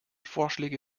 vorschläge